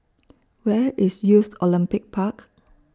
Where IS Youth Olympic Park